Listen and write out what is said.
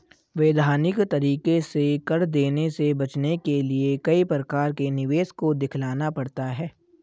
वैधानिक तरीके से कर देने से बचने के लिए कई प्रकार के निवेश को दिखलाना पड़ता है